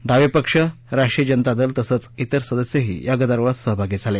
डावे पक्ष राष्ट्रीय जनता दल तसंच ित्वर सदस्यही या गदारोळात सहभागी झाले